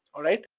alright?